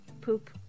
poop